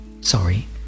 sorry